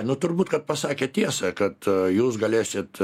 nu turbūt kad pasakė tiesą kad jūs galėsit